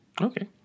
okay